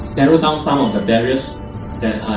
narrowed down some of the barriers